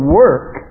work